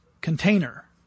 container